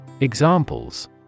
Examples